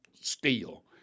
steal